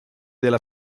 della